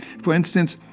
for instance,